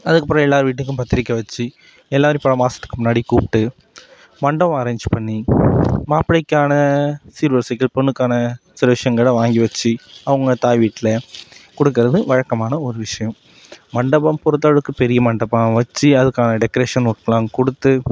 அதுக்கப்புறம் எல்லோர் வீட்டுக்கும் பத்திரிக்கை வைச்சு எல்லோரையும் பல மாதத்துக்கு முன்னாடி கூப்பிட்டு மண்டபம் அரேஞ்ச் பண்ணி மாப்பிள்ளைக்கான சீர்வரிசைகள் பொண்ணுக்கான சில விஷயங்களை வாங்கி வைச்சு அவங்க தாய் வீட்டில் கொடுக்குறது வழக்கமான ஒரு விஷயம் மண்டபம் பொறுத்தளவுக்கு பெரிய மண்டபம் வைச்சு அதுக்கான டெக்கரேஷன் ஒர்க்கெல்லாம் கொடுத்து